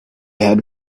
had